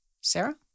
Sarah